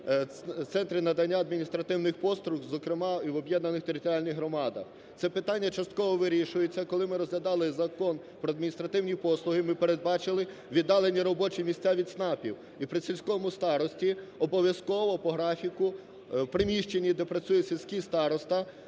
Центри надання адміністративних послуг, зокрема, і в об'єднаних територіальних громадах. Це питання частково вирішується. Коли ми розглядали Закон про адміністративні послуги, ми передбачили віддалені робочі місця від ЦНАПів, і при сільському старості обов'язково по графіку у приміщенні, де працює сільський староста,